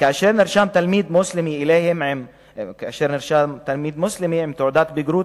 כאשר נרשם תלמיד מוסלמי אליהם עם תעודת בגרות